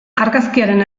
argazkiaren